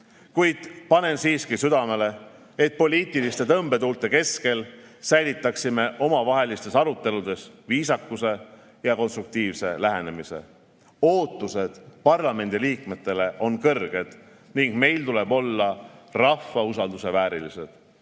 kuid panen siiski südamele, et poliitiliste tõmbetuulte keskel säilitaksime omavahelistes aruteludes viisakuse ja konstruktiivse lähenemise. Ootused parlamendiliikmetele on kõrged ning meil tuleb olla rahva usalduse väärilised.